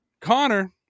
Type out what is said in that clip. Connor